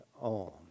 on